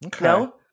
No